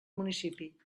municipi